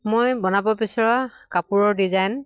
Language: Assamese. মই বনাব বিচৰা কাপোৰৰ ডিজাইন